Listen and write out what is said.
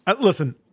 Listen